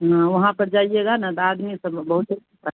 हाँ वहाँ पर जाइएगा न तो आदमी सब लोग बहुतै होता